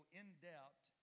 in-depth